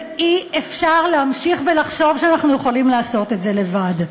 ואי-אפשר להמשיך ולחשוב שאנחנו יכולים לעשות את זה לבד.